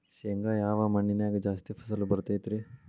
ಶೇಂಗಾ ಯಾವ ಮಣ್ಣಿನ್ಯಾಗ ಜಾಸ್ತಿ ಫಸಲು ಬರತೈತ್ರಿ?